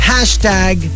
#Hashtag